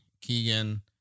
Keegan